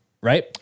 right